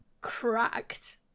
cracked